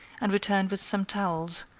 and returned with some towels,